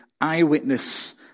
eyewitness